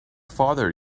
father